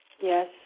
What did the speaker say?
Yes